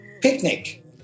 picnic